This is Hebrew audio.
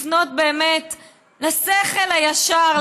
לפנות לשכל הישר,